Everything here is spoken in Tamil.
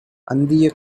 அந்திய